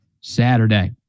Saturday